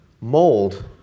mold